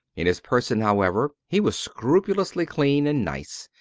in his person, however, he was scrupulously clean and nice,